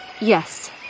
Yes